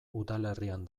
udalerrian